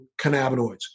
cannabinoids